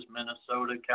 Minnesota